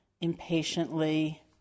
impatiently